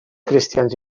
cristians